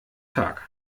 tag